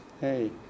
Hey